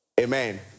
Amen